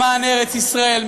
למען ארץ-ישראל,